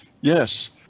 Yes